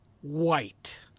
White